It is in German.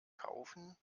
kaufen